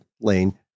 Lane